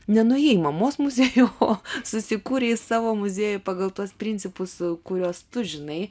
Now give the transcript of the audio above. nenuėjai į mamos muziejų o susikūrei savo muziejų pagal tuos principus kuriuos tu žinai